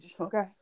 Okay